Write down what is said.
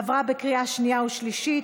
עברה בקריאה שנייה ושלישית,